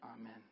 Amen